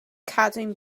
cadwyn